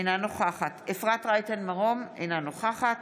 אינה נוכחת אפרת רייטן מרום, אינה נוכחת